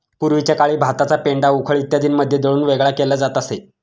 पूर्वीच्या काळी भाताचा पेंढा उखळ इत्यादींमध्ये दळून वेगळा केला जात असे